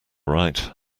right